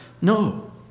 No